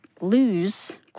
lose